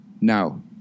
Now